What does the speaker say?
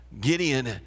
Gideon